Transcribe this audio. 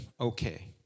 okay